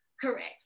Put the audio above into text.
Correct